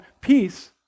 peace